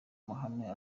mahame